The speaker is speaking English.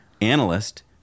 analyst